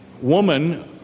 woman